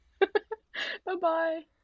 bye-bye